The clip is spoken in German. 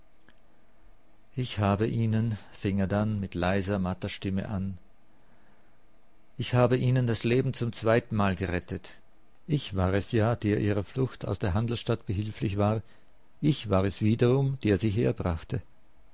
ich habe ihnen fing er dann mit leiser matter stimme an ich habe ihnen das leben zum zweitenmal gerettet ich war es ja der ihrer flucht aus der handelsstadt behilflich war ich war es wiederum der sie herbrachte